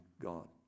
God